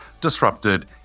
disrupted